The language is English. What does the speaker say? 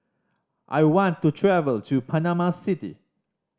I want to travel to Panama City